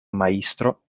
majstro